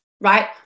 right